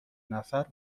نفر